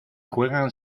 juegan